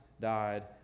died